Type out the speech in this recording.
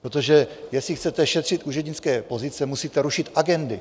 Protože jestli chcete šetřit úřednické pozice, musíte rušit agendy.